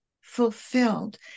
fulfilled